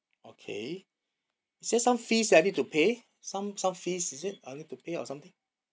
okay is there some fees I need to pay some some fees is it I need to pay or something